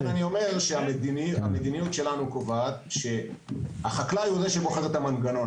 לכן אני אומר שהמדיניות שלנו קובעת שהחקלאי הוא זה שבוחר את המנגנון.